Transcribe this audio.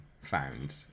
found